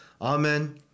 Amen